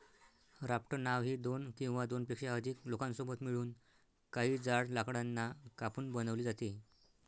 raft नाव ही दोन किंवा दोनपेक्षा अधिक लोकांसोबत मिळून, काही जाड लाकडांना कापून बनवली जाते